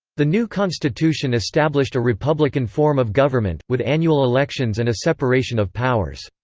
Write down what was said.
the new constitution established a republican form of government, with annual elections and a separation of powers.